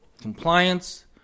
Compliance